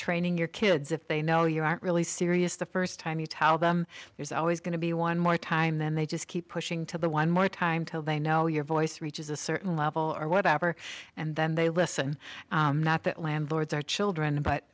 training your kids if they know you aren't really serious the first time you tell them there's always going to be one more time then they just keep pushing to the one more time till they know your voice reaches a certain level or whatever and then they listen not that landlords are children but